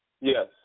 Yes